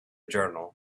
journal